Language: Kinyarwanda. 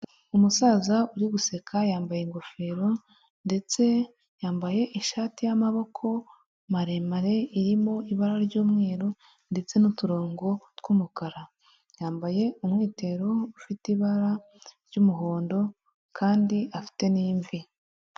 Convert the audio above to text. Umusaza uri guseka, yambaye ingofero, ndetse yambaye ishati y'amaboko maremare, irimo ibara ry'umweru, ndetse n'uturongo twumukara, yambaye umwitero ufite ibara ry'umuhondo, kandi afite n'imvi.